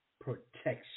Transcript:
Protection